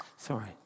Sorry